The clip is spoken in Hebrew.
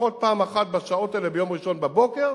לפחות פעם אחת בשעות האלה ביום ראשון בבוקר,